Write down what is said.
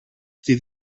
στη